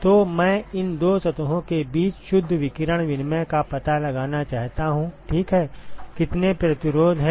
तो मैं इन दो सतहों के बीच शुद्ध विकिरण विनिमय का पता लगाना चाहता हूं ठीक है कितने प्रतिरोध हैं